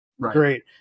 great